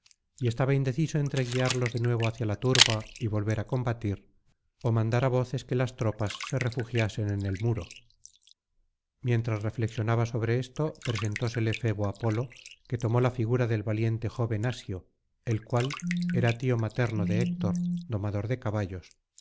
y estaba indeciso entre guiarlos de nuevo hacia la turba y volver á combatir ó mandar á voces que las tropas se refugiasen en el muro mientras reflexionaba sobre esto presentósele febo apolo que tomó la figura del valiente joven asió el cual era tío materno de héctor domador de caballos